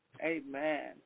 Amen